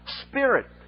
Spirit